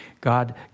God